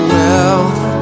wealth